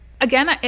Again